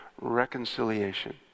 reconciliation